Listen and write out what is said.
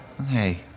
Okay